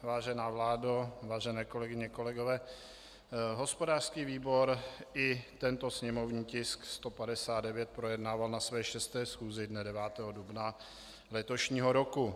Vážená vládo, vážené kolegyně, kolegové, hospodářský výbor i tento sněmovní tisk 159 projednával na své 6. schůzi dne 9. dubna letošního roku.